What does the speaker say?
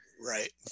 Right